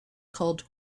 called